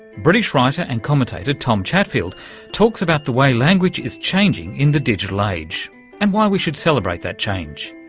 british writer and commentator tom chatfield talks about the way language is changing in the digital age and why we should celebrate that change.